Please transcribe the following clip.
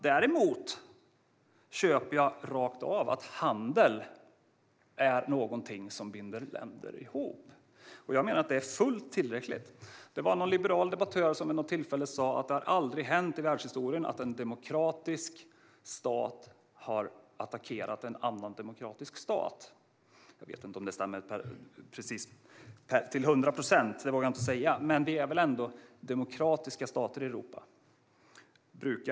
Däremot köper jag rakt av att handel är någonting som binder ihop länder. Jag menar att det är fullt tillräckligt. Det var någon liberal debattör som vid något tillfälle sa att det aldrig hänt i världshistorien att en demokratisk stat har attackerat en annan demokratisk stat. Jag vet inte om det stämmer precis till hundra procent. Det vågar jag inte säga. Men det är väl ändå demokratiska stater i Europa.